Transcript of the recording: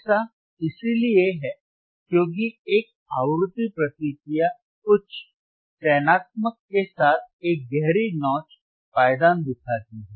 ऐसा इसलिए है क्योंकि एक आवृत्ति प्रतिक्रिया उच्च चयनात्मकता के साथ एक गहरी नोच पायदान दिखाती है